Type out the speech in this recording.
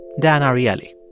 dan ariely.